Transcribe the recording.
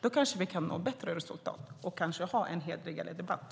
Då kanske vi kan nå bättre resultat och ha en hederligare debatt.